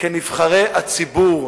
כנבחרי הציבור: